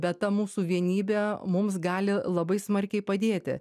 bet ta mūsų vienybė mums gali labai smarkiai padėti